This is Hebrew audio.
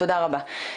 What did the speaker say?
תודה רבה.